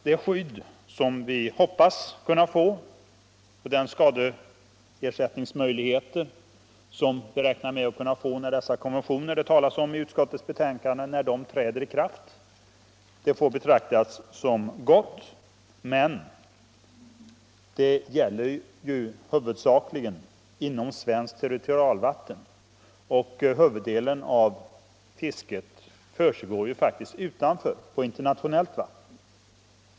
Det skydd som vi hoppas kunna få och den skadeersättningsmöjlighet som vi räknar med att kunna få när de konventioner som nämns i utskottsbetänkandet träder i kraft får betraktas som goda. Men detta gäller huvudsakligen inom svenskt territorialvatten, och huvuddelen av fisket försiggår faktiskt utanför det, på internationellt vatten.